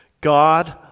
God